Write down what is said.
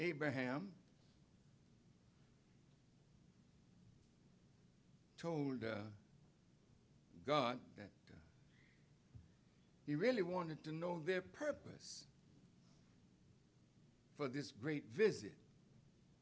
abraham